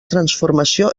transformació